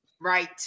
Right